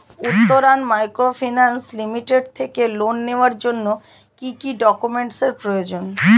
Uttaran microfinance limited থেকে loan নেওয়ার জন্য কি কি ডকুমেন্টস এর প্রয়োজন?